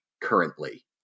currently